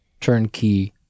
turnkey